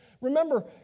Remember